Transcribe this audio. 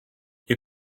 you